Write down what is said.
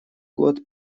год